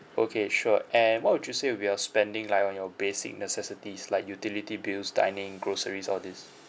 okay sure and what would you say will be your spending like on your basic necessities like utility bills dining groceries all these